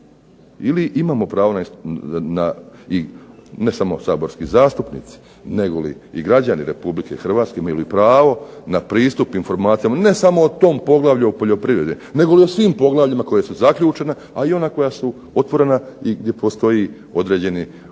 ili imamo pravo, ne samo saborski zastupnici nego i građani Republike Hrvatske imaju li pravo na pristup tim informacijama, ne samo o tom poglavlju o poljoprivredi negoli o svim poglavljima koja su zaključena ali i ona koja su otvorena i gdje postoji određeni neću